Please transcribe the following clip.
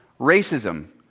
racism,